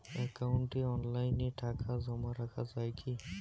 একাউন্টে অনলাইনে টাকা জমা রাখা য়ায় কি?